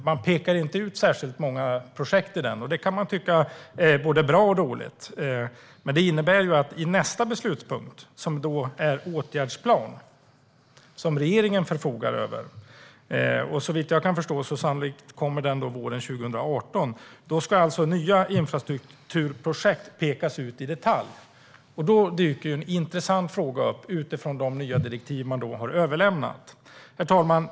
Man pekar inte ut särskilt många projekt i den. Det kan man tycka är både bra och dåligt. Men det innebär något i nästa beslutspunkt, som då är en åtgärdsplan som regeringen förfogar över. Såvitt jag kan förstå kommer den sannolikt våren 2018. Då ska alltså nya infrastrukturprojekt pekas ut i detalj. Då dyker en intressant fråga upp utifrån de nya direktiv man har överlämnat. Herr talman!